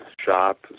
shop